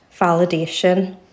validation